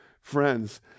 friends